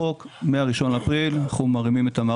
פה צורך נוסף על הטלת כל מיני חובות על מעסיקים כדי שתוכלו לקבל את כל